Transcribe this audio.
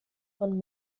von